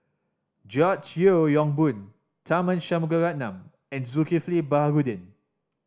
George Yeo Yong Boon Tharman Shanmugaratnam and Zulkifli Baharudin